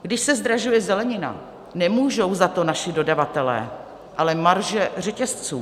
Když se zdražuje zelenina, nemůžou za to naši dodavatelé, ale marže řetězců.